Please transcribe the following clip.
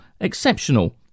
exceptional